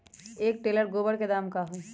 एक टेलर गोबर के दाम का होई?